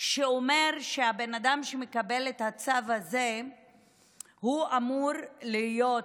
שאומר שהבן אדם שמקבל את הצו הזה אמור להיות,